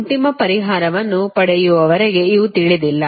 ಅಂತಿಮ ಪರಿಹಾರವನ್ನು ಪಡೆಯುವವರೆಗೆ ಇವು ತಿಳಿದಿಲ್ಲ